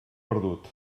perdut